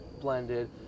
blended